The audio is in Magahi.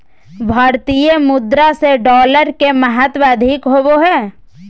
भारतीय मुद्रा से डॉलर के महत्व अधिक होबो हइ